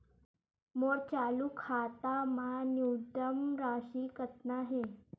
मोर चालू खाता मा न्यूनतम राशि कतना हे?